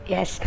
Yes